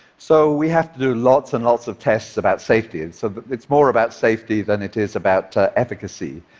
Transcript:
so we have to do lots and lots of tests about safety, and so it's more about safety than it is about efficacy.